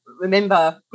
remember